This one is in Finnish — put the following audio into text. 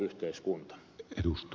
arvoisa puhemies